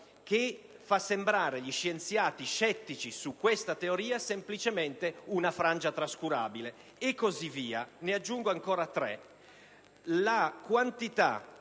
che fa sembrare gli scienziati scettici su questa teoria semplicemente una frangia trascurabile». E così via, ma ne aggiungo ancora tre: